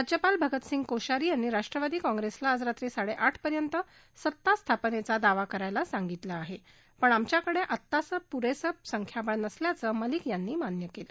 राज्यपाल भगतसिंग कोश्यारी यांनी राष्ट्रवादी काँग्रेसला आज रात्री साडेआठपर्यंत सत्तास्थापनेचा दावा करायला सांगितलं आहे पण आमच्याकडे आत्ता पुरेसं संख्याबळ नसल्याचं मलिक यांनी मान्य केलं